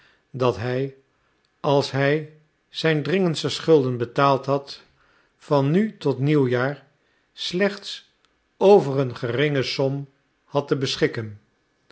dat hij als hij zijn dringendste schulden betaald had van nu tot nieuwjaar slechts over een geringe som had te beschikken